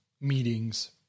meetings